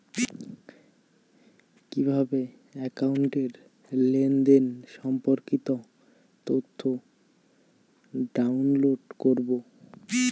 কিভাবে একাউন্টের লেনদেন সম্পর্কিত তথ্য ডাউনলোড করবো?